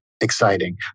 exciting